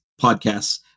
podcasts